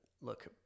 Look